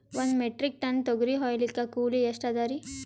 ಒಂದ್ metric ton ತೊಗರಿ ಹೋಯಿಲಿಕ್ಕ ಕೂಲಿ ಎಷ್ಟ ಅದರೀ?